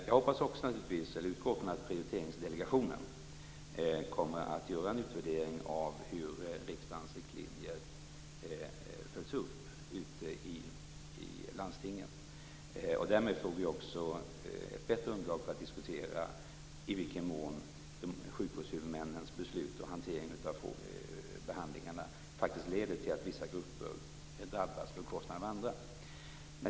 Fru talman! Jag utgår från att Prioriteringsdelegationen kommer att göra en utvärdering av hur riksdagens riktlinjer följs upp i landstingen. Därmed får vi också ett bättre underlag för att diskutera i vilken mån sjukvårdshuvudmännens beslut och hantering av behandlingarna faktiskt leder till att vissa grupper drabbas på bekostnad av andra.